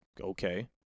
okay